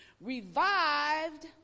revived